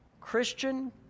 Christian